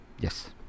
Yes